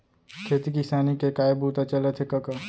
खेती किसानी के काय बूता चलत हे कका?